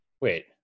wait